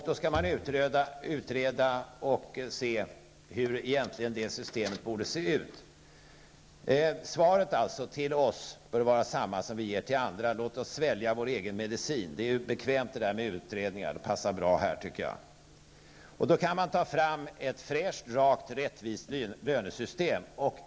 Då skall man utreda hur systemet egentligen borde se ut. Vårt svar till oss själva bör vara detsamma som vi ger till andra. Låt oss svälja vår egen medicin. Det är bekvämt med utredningar, och det passar bra här, tycker jag. Då kan man ta fram ett fräscht, rakt, rättvist lönesystem.